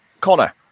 Connor